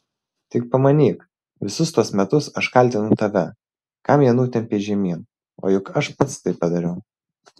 tik pamanyk visus tuos metus aš kaltinau tave kam ją nutempei žemyn o juk aš pats tai padariau